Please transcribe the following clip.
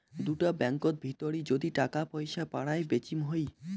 দুটা ব্যাঙ্কত ভিতরি যদি টাকা পয়সা পারায় বেচিম হই